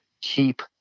keep